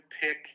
pick